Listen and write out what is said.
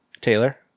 Taylor